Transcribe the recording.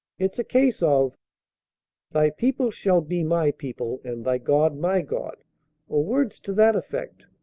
it's a case of thy people shall be my people, and thy god my god or words to that effect.